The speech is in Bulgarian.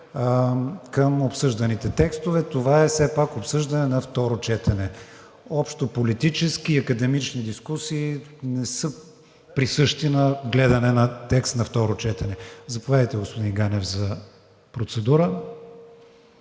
към обсъжданите текстове. Това е все пак обсъждане на второ четене. Общополитически и академични дискусии не са присъщи на гледане на текст на второ четене. Заповядайте, господин Ганев, за процедура.